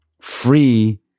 free